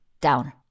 down